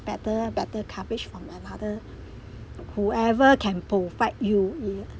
a better better coverage from another whoever can provide you in uh